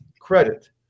credit